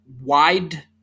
wide